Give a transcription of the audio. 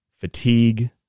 fatigue